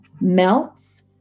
melts